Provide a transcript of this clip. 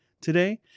today